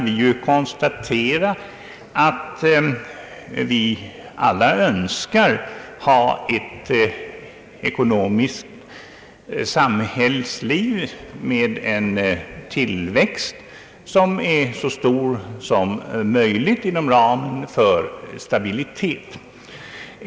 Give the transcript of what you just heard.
Vi kan konstatera att vi alla önskar ha ett ekonomiskt samhällsliv med så stor tillväxt som möjligt inom ramen för stabilitet.